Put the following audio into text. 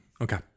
Okay